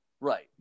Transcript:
Right